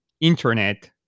internet